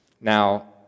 Now